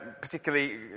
particularly